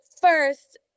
first